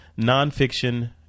nonfiction